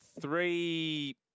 three